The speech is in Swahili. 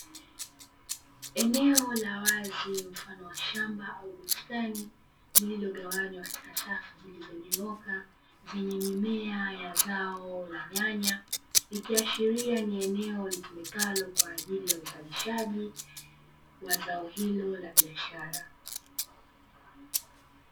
Eneo la wazi mfano wa shamba au bustani lililogawanywa katika safu zilizonyooka zenye mimea ya zao la nyanya, ikiashiria ni eneo lilitumikalo kwa ajili ya uzalishaji wa zao hilo la biashara.